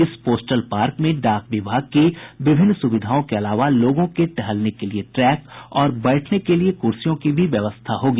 इस postal park में डाक विभाग की विभिन्न सुविधाओं के अलावा लोगों के लिए टहलने के लिए ट्रैक और बैठने के लिए कुर्सियों की भी व्यवस्था होगी